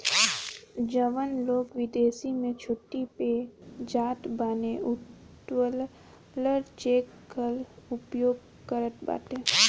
जवन लोग विदेश में छुट्टी पअ जात बाने उ ट्रैवलर चेक कअ उपयोग करत बाने